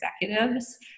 executives